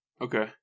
Okay